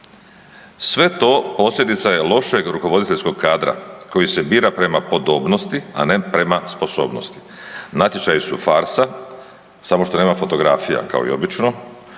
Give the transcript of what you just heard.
Sve to posljedica je lošeg rukovoditeljskog kadra koji se bira prema podobnosti, a ne prema sposobnosti. Natječaji su farsa, samo što nema fotografija kao i obično,